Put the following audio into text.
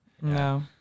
No